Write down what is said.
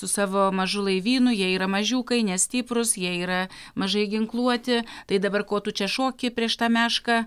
su savo mažu laivynu jie yra mažiukai nestiprūs jie yra mažai ginkluoti tai dabar ko tu čia šoki prieš tą mešką